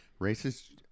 Racist